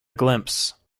glimpse